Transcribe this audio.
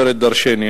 אומרת דורשני.